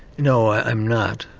no, i'm not.